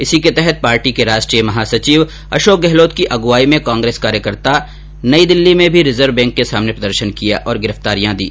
इसी के तहत पार्टी के राष्ट्रीय महासचिव अशोक गहलोत की अगुवाई में कांग्रेस कार्यकर्ताओं ने नई दिल्ली में भी रिजर्व बैंक के सामने प्रदर्शन किया और गिरफ्तारियां दी